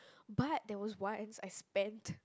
but there was once I spent